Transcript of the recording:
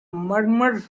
murmur